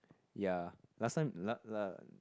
ya last time last last